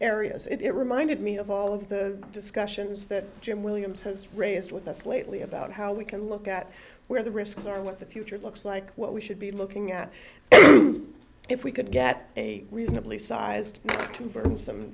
areas it reminded me of all of the discussions that jim williams has raised with us lately about how we can look at where the risks are what the future looks like what we should be looking at if we could get a reasonably sized to